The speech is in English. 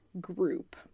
group